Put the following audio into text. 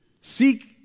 Seek